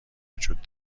وجود